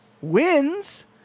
wins